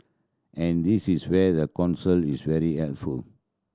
and this is where the Council is very helpful